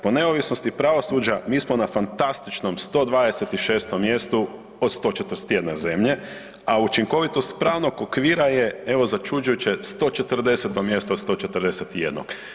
Po neovisnosti pravosuđa mi smo na fantastičnom 126. mjestu od 141. zemlje, a učinkovitost pravnog okvira je, evo začuđujuće, 140. mjesto od 141.